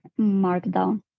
markdown